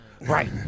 right